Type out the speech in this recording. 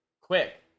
quick